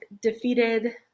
defeated